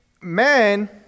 man